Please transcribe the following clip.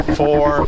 four